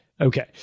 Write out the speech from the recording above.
Okay